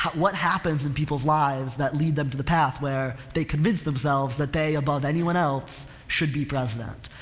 what happens in people's lives that lead them to the path where they convince themselves that they above anyone else should be president.